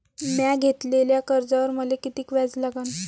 म्या घेतलेल्या कर्जावर मले किती व्याज लागन?